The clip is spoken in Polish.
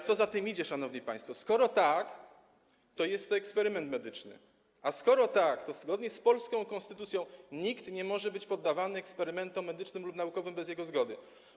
Co za tym idzie, szanowni państwo, jest to eksperyment medyczny, a skoro tak, to zgodnie z polską konstytucją nikt nie może być poddawany eksperymentom medycznym lub naukowym bez jego zgody.